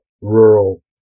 rural